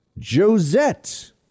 Josette